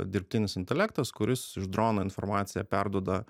dirbtinis intelektas kuris iš drono informaciją perduoda